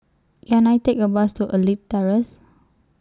Can I Take A Bus to Elite Terrace